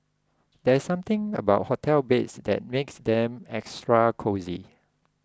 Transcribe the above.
there's something about hotel beds that makes them extra cosy